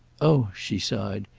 oh, she sighed,